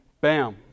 bam